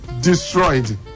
destroyed